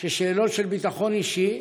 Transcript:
ששאלות של ביטחון אישי,